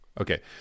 Okay